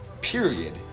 period